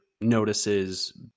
notices